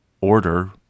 order